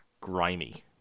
grimy